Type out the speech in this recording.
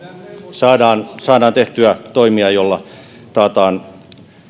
saadaan saadaan tehtyä toimia joilla taataan